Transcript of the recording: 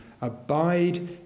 Abide